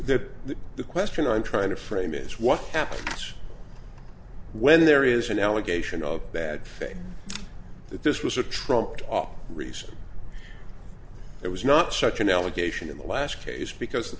that the question i'm trying to frame is what happens when there is an allegation of bad faith that this was a trumped up reason there was not such an allegation in the last case because the